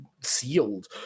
sealed